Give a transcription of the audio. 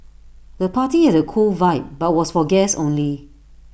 the party had A cool vibe but was for guests only